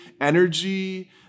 energy